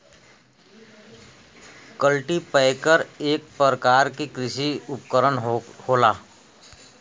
cultipacker एक परकार के कृषि उपकरन होला